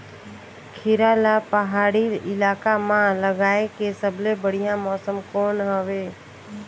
खीरा ला पहाड़ी इलाका मां लगाय के सबले बढ़िया मौसम कोन हवे?